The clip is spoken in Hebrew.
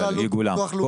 יגולם.